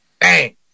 bang